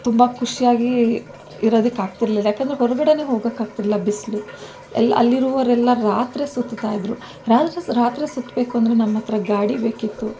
ತುಂಬಾ ಖುಷಿಯಾಗಿ ಇರೋದಕ್ಕಾಗ್ತಿರ್ಲಿಲ್ಲ ಯಾಕೆಂದ್ರೆ ಹೊರಗಡೆನೇ ಹೋಗೋಕೆ ಆಗ್ತಿರಲಿಲ್ಲ ಬಿಸಿಲು ಅಲ್ಲಿ ಅಲ್ಲಿರುವವರೆಲ್ಲ ರಾತ್ರಿ ಸುತ್ತುತ್ತಾ ಇದ್ದರು ರಾತ್ ರಾತ್ರಿ ಸುತ್ತಬೇಕು ಅಂದರೆ ನಮ್ಮ ಹತ್ರ ಗಾಡಿ ಬೇಕಿತ್ತು